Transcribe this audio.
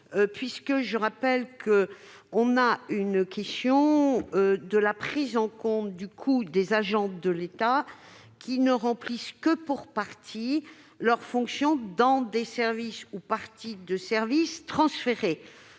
bien construit. Il y est question de la prise en compte du coût des agents de l'État qui ne remplissent que pour partie leur fonction dans des services ou parties de services transférés.